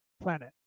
planet